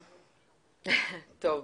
טוב.